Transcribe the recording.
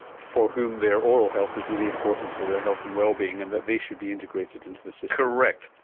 for whom their oral health is really important to their health and well-being and that they should be integrated into the system. correct,